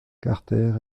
carter